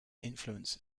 influence